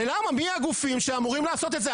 מי הגופים שאמורים לעשות את זה?